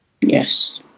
Yes